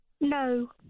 No